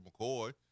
McCoy